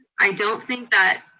i don't think that